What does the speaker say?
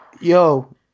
Yo